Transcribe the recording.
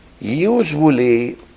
Usually